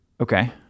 Okay